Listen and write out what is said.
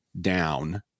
down